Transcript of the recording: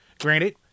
Granted